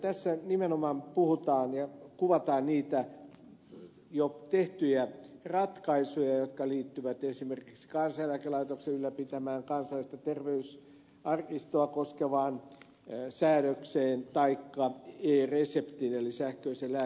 tässä nimenomaan puhutaan ja kuvataan niitä jo tehtyjä ratkaisuja jotka liittyvät esimerkiksi kansaneläkelaitoksen ylläpitämään kansallista terveysarkistoa koskevaan säädökseen taikka e reseptiin eli sähköiseen lääkemääräykseen